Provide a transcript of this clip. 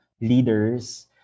leaders